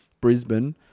Brisbane